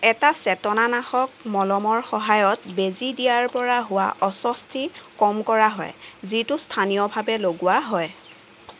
এটা চেতনানাশক মলমৰ সহায়ত বেজী দিয়াৰ পৰা হোৱা অস্বস্তি কম কৰা হয় যিটো স্থানীয়ভাৱে লগোৱা হয়